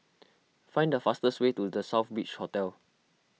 find the fastest way to the Southbridge Hotel